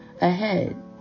ahead